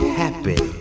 happy